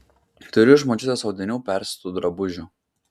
turiu iš močiutės audinių persiūtų drabužių